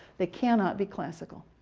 they cannot be classical.